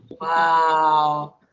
Wow